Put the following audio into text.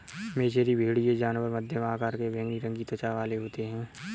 मेचेरी भेड़ ये जानवर मध्यम आकार के बैंगनी रंग की त्वचा वाले होते हैं